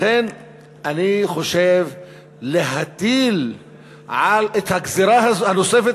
לכן אני חושב שלהטיל את הגזירה הנוספת